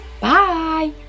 Bye